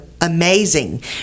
amazing